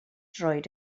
droed